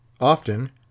Often